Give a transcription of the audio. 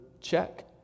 Check